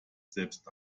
selbst